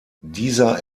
dieser